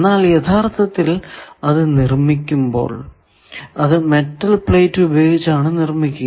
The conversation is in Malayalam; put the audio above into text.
എന്നാൽ യഥാർത്ഥത്തിൽ അത് നിർമിക്കുമ്പോൾ അത് മെറ്റൽ പ്ലേറ്റ് ഉപയോഗിച്ചാണ് നിർമിക്കുക